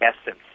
essence